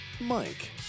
Mike